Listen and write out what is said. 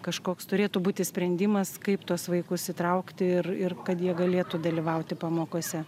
kažkoks turėtų būti sprendimas kaip tuos vaikus įtraukt ir ir kad jie galėtų dalyvauti pamokose